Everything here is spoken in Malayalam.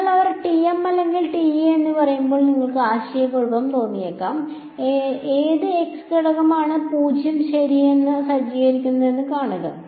അതിനാൽ അവർ TM അല്ലെങ്കിൽ TE എന്ന് പറയുമ്പോൾ നിങ്ങൾക്ക് ആശയക്കുഴപ്പം തോന്നിയേക്കാം ഏത് z ഘടകമാണ് 0 ശരി എന്ന് സജ്ജീകരിക്കുന്നതെന്ന് കാണുക